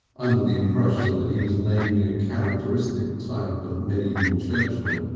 under the impression that he was naming a characteristic type of medieval churchman.